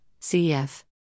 cf